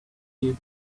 you